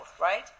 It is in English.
right